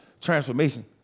transformation